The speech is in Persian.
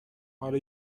حالا